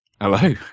Hello